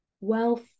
wealth